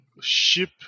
ship